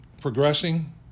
progressing